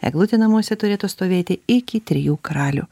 eglutė namuose turėtų stovėti iki trijų karalių